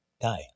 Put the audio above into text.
die